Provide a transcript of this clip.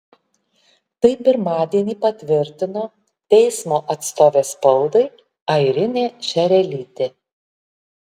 tai pirmadienį patvirtino teismo atstovė spaudai airinė šerelytė